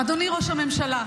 אדוני ראש הממשלה,